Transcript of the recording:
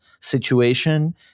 situation